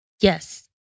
Yes